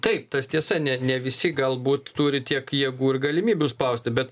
taip tas tiesa ne ne visi galbūt turi tiek jėgų ir galimybių spausti bet